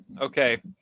okay